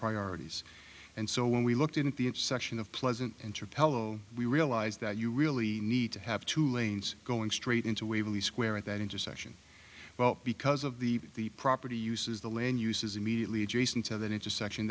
priorities and so when we looked at the intersection of pleasant enter pellow we realize that you really need to have two lanes going straight into waverly square at that intersection well because of the property uses the land use is immediately adjacent to that intersection